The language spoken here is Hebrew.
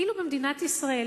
אילו במדינת ישראל,